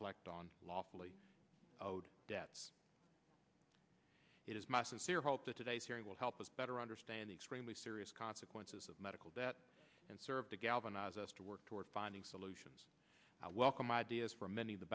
collect on lawfully owed debts it is my sincere hope that today's hearing will help us better understand extremely serious consequences of medical debt and serve to galvanize us to work toward finding solutions i welcome ideas from many of the